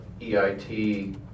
EIT